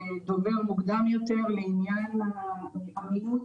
אנחנו עובדים לפי חוק,